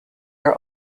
are